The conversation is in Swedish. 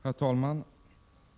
Herr talman!